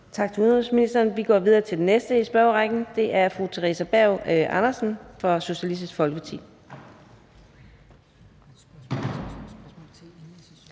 er afsluttet. Vi går videre til den næste i spørgerækken, og det er fru Theresa Berg Andersen fra Socialistisk Folkeparti